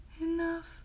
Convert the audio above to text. enough